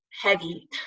heavy